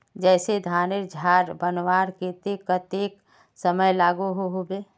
जैसे धानेर झार बनवार केते कतेक समय लागोहो होबे?